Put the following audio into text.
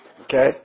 Okay